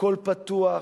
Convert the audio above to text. הכול פתוח.